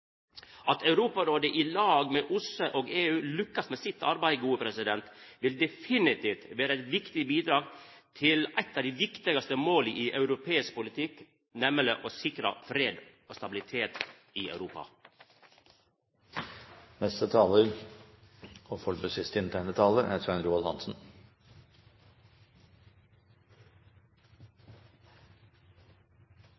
At Europarådet i lag med OSSE og EU lykkast med sitt arbeid, vil definitivt vera eit viktig bidrag til eit av dei viktigaste måla i europeisk politikk, nemleg å sikra fred og stabilitet i